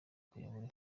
kuyobora